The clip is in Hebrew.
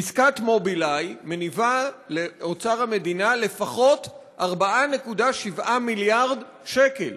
עסקת "מובילאיי" מניבה לאוצר המדינה לפחות 4.7 מיליארד שקל,